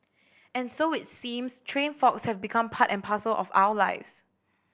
and so it seems train faults have become part and parcel of our lives